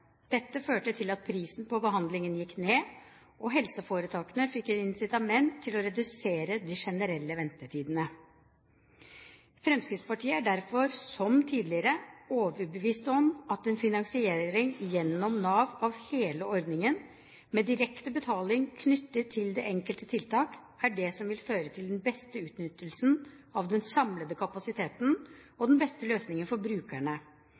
Dette førte til at prisen på behandlingen gikk ned, og helseforetakene fikk et incitament til å redusere de generelle ventetidene. Fremskrittspartiet er derfor, som tidligere, overbevist om at en finansiering gjennom Nav av hele ordningen, med direkte betaling knyttet til det enkelte tiltak, er det som vil føre til den beste utnyttelsen av den samlede kapasiteten og den beste løsningen for brukerne.